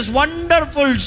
wonderful